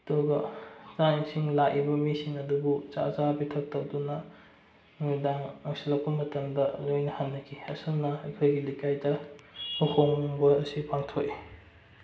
ꯑꯗꯨꯒ ꯆꯥꯛ ꯏꯁꯤꯡ ꯂꯥꯛꯏꯕ ꯃꯤꯁꯤꯡ ꯑꯗꯨꯕꯨ ꯑꯆꯥ ꯄꯤꯊꯛ ꯇꯧꯗꯨꯅ ꯅꯨꯃꯤꯗꯥꯡ ꯑꯣꯏꯁꯤꯜꯂꯛꯄ ꯃꯇꯝꯗ ꯂꯣꯏꯅ ꯍꯟꯅꯈꯤ ꯑꯁꯨꯝꯅ ꯑꯩꯈꯣꯏꯒꯤ ꯂꯩꯀꯥꯏꯗ ꯂꯨꯍꯣꯡꯕ ꯑꯁꯤ ꯄꯥꯡꯊꯣꯛꯏ